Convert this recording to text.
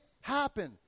happen